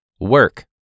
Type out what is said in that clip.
work